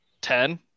ten